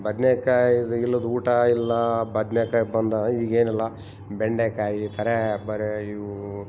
ಬದನೇಕಾಯಿ ಇಲ್ಲದ ಊಟ ಇಲ್ಲ ಬದನೇಕಾಯ್ ಬಂದ ಈಗೇನಿಲ್ಲ ಬೆಂಡೆಕಾಯಿ ತರ್ಯಾಕೆ ಬರಿ ಇವು